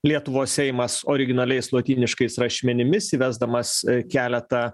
lietuvos seimas originaliais lotyniškais rašmenimis įvesdamas keletą